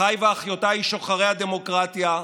אחיי ואחיותיי שוחרי הדמוקרטיה,